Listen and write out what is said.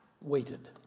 waited